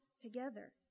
together